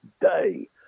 day